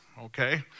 Okay